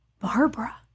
Barbara